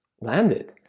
landed